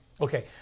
okay